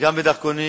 וגם דרכונים,